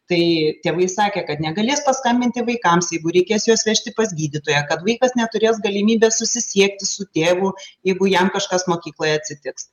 tai tėvai sakė kad negalės paskambinti vaikams jeigu reikės juos vežti pas gydytoją kad vaikas neturės galimybės susisiekti su tėvu jeigu jam kažkas mokykloje atsitiks